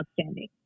outstanding